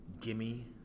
gimme